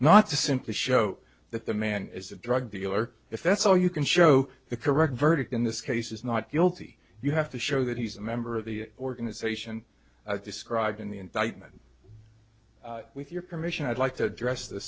not to simply show that the man is a drug dealer if that's all you can show the correct verdict in this case is not guilty you have to show that he's a member of the organization i described in the indictment with your permission i'd like to address the